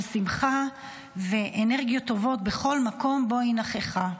שמחה ואנרגיות טובות בכל מקום שבו היא נוכחת.